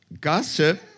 Gossip